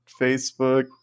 Facebook